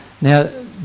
Now